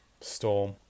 Storm